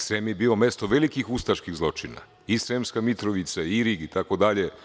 Srem je bio mesto velikih ustaških zločina, i Sremska Mitrovica, i Irig itd.